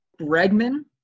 Bregman